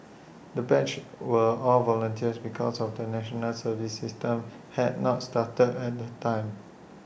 the batch were all volunteers because of National Service system had not started at the time